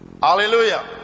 Hallelujah